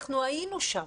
אנחנו היינו שם,